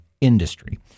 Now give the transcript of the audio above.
industry